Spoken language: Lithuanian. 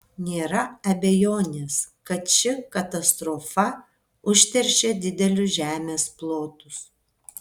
nėra abejonės kad ši katastrofa užteršė didelius žemės plotus